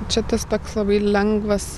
čia tas toks labai lengvas